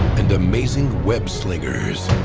and amazing web slingers.